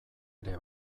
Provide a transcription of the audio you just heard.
ere